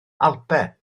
alpau